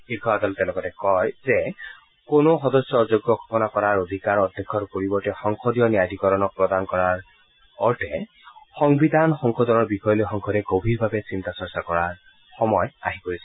শীৰ্য আদালতে লগতে কয় যে কোনো সদস্য অযোগ্য ঘোষণা কৰাৰ অধিকাৰ অধ্যক্ষৰ পৰিৱৰ্তে সংসদীয় ন্যায়াধিকৰণক প্ৰদান কৰাৰ অৰ্থে সংবিধান সংশোধনৰ বিষয় লৈ সংসদে গভীৰভাৱে চিন্তা চৰ্চাৰ প্ৰয়োজন আহি পৰিছে